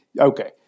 okay